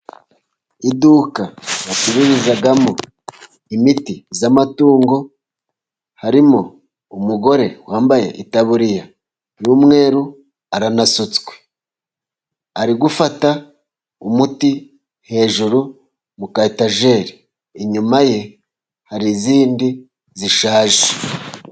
Iduka bacurizamo imiti y'amatungo harimo umugore wambaye itaburiya y'umweru aranasutswe, ari gufata umuti hejuru mu ka etajeri inyuma ye hari izindi zishaje.